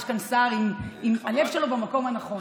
יש כאן שר שהלב שלו במקום הנכון.